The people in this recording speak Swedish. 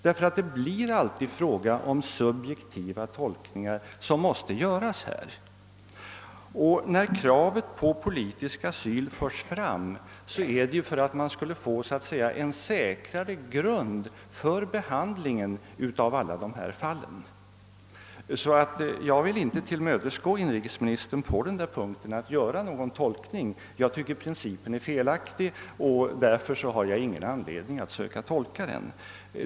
Det blir nämligen alltid i detta fall fråga om subjektiva tolkningar. När kravet på politisk asyl förs fram, så sker det därför att man så att säga vill ha en säkrare grund för behandlingen av dessa fall. Jag vill därför inte tillmötesgå inrikesministerns önskan att göra en tolkning på denna punkt; jag tycker att principen är felaktig och har alltså ingen anledning att söka tolka den.